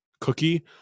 cookie